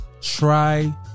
Try